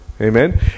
Amen